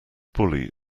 bully